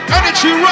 Energy